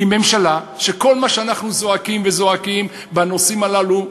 עם ממשלה שכל מה שאנחנו זועקים וזועקים בנושאים הללו,